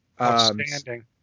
Outstanding